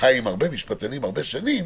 חי עם הרבה משפטנים הרבה שנים